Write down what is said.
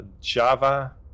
java